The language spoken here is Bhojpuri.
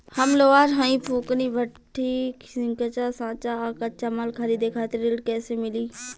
हम लोहार हईं फूंकनी भट्ठी सिंकचा सांचा आ कच्चा माल खरीदे खातिर ऋण कइसे मिली?